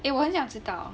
eh 我很想知道